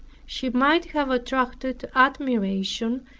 she might have attracted admiration,